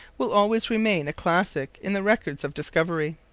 will always remain a classic in the records of discovery.